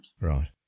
Right